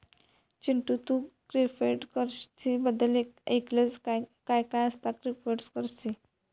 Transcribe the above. चिंटू, तू क्रिप्टोकरंसी बद्दल ऐकलंस काय, काय असता क्रिप्टोकरंसी?